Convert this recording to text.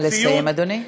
נא לסיים, אדוני.